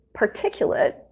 particulate